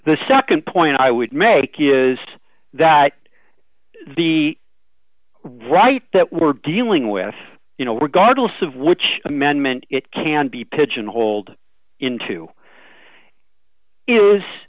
the nd point i would make is that the right that we're dealing with you know regardless of which amendment it can be pigeonholed into is